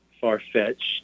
far-fetched